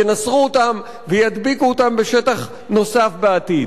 ינסרו אותם וידביקו אותם בשטח נוסף בעתיד.